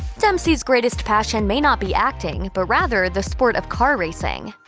dempsey's greatest passion may not be acting, but rather, the sport of car racing.